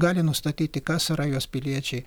gali nustatyti kas yra jos piliečiai